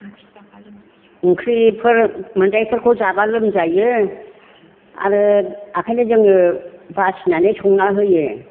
ओंख्रिफोर मोनजायैफोरखौ जाब्ला लोमजायो आरो ओंखायनो जोङो बासिनानै संनानै होयो